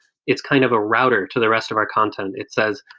it's kind of a router to the rest of our content. it says,